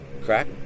crack